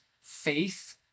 faith